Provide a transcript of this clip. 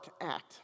act